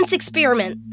experiment